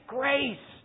grace